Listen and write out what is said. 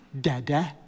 Dada